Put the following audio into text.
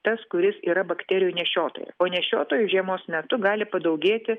tas kuris yra bakterijų nešiotojas o nešiotojų žiemos metu gali padaugėti